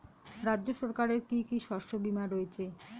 রাজ্য সরকারের কি কি শস্য বিমা রয়েছে?